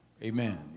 Amen